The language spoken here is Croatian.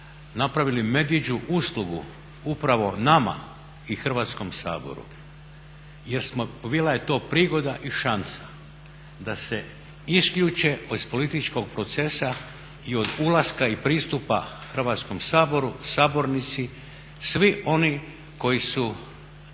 napravili medvjeđu uslugu upravo nama i Hrvatskom saboru. Bila je to prigoda i šansa da se isključe iz političkog procesa i od ulaska i pristupa Hrvatskom saboru, sabornici svi oni koji se